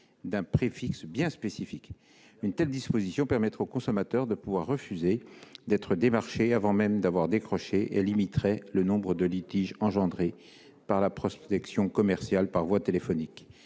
d'un préfixe bien spécifique. Une telle disposition permettrait aux consommateurs de refuser d'être démarchés avant même d'avoir décroché et limiterait le nombre de litiges engendrés par la prospection commerciale par voie téléphonique.